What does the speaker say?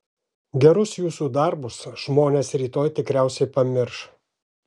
gerus jūsų darbus žmonės rytoj tikriausiai pamirš